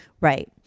Right